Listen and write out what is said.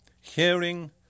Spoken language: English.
Hearing